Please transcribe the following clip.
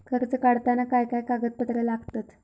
कर्ज काढताना काय काय कागदपत्रा लागतत?